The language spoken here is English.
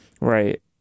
Right